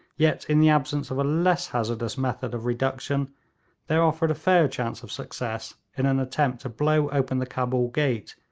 yet in the absence of a less hazardous method of reduction there offered a fair chance of success in an attempt to blow open the cabul gate,